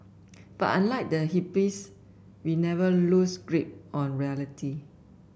but unlike the hippies we never lose grip on reality